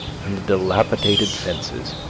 and the dilapidated fences,